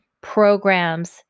programs